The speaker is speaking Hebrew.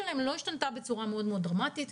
הקריטריונים לא השתנתה בצורה מאוד מאוד דרמטית.